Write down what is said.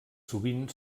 sovint